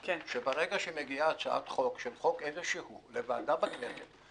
שברגע שמגיעה הצעת חוק של חוק איזשהו לוועדה בכנסת,